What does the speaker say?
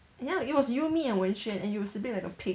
ya it was you me and wenxuan and you were sleeping like a pig